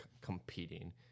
competing